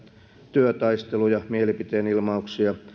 työtaisteluja mielipiteenilmauksia